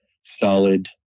solid